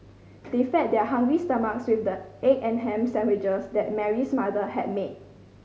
they fed their hungry stomachs with the egg and ham sandwiches that Mary's mother had made